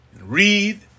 read